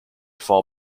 fall